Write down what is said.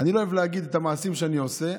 אני לא אוהב להגיד את המעשים שאני עושה,